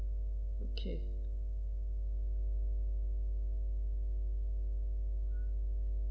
okay